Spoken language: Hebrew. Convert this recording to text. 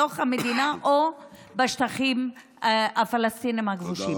בתוך המדינה או בשטחים הפלסטיניים הכבושים?